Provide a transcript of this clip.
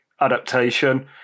Adaptation